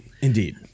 indeed